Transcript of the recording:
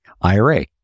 IRA